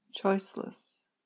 choiceless